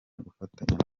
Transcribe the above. gufatanya